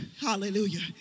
Hallelujah